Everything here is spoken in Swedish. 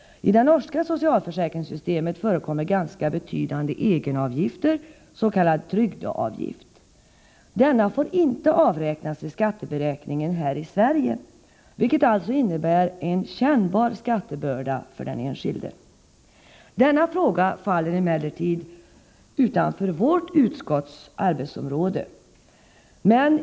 I det norska socialförsäkringssystemet förekommer ganska betydande egenavgifter, s.k. trygghetsavgifter. Dessa får inte avräknas vid skatteberäkningen här i Sverige, vilket alltså innebär en kännbar skattebörda för den enskilde. Denna fråga faller utanför vårt utskotts arbetsområde.